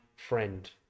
friend